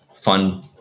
fun